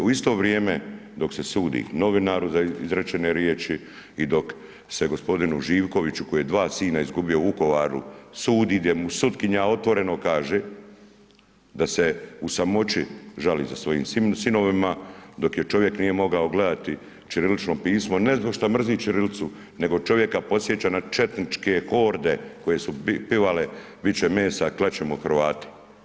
U isto vrijeme dok se sudi novinaru za izrečene riječi i dok se g. Živkoviću koji je dva sina izgubio u Vukovaru sudi gdje mu sutkinja otvoreno kaže da se u samoći žali za svojim sinovima, dok je čovjek nije mogao gledati ćirilično pismo, ne zbog što mrzi ćirilicu, nego čovjeka podsjeća na četničke horde koje su pivale bit će mesa klat ćemo Hrvate.